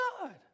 God